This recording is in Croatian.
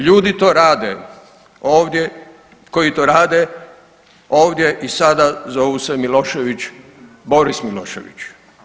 Ljudi to rade, ovdje koji to rade ovdje i sada zovu se Milošević, Boris Milošević.